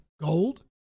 Gold